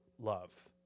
Love